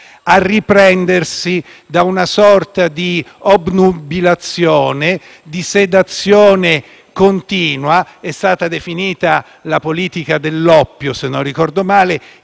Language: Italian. a riprendersi da una sorta di obnubilazione, di sedazione continua (è stata definita la politica dell'oppio, se non ricordo male),